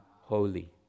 holy